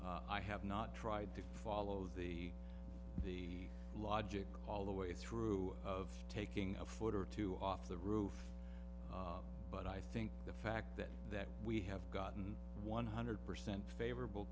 zone i have not tried to follow the the logic all the way through of taking a photo or two off the roof but i think the fact that that we have gotten one hundred percent favorable